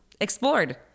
explored